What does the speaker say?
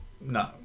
no